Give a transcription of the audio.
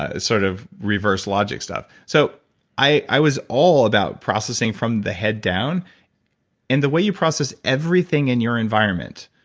ah sort of reverse logic stuff. so i was all about processing from the head down and the way you process everything in your environment,